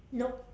nope